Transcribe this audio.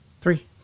Three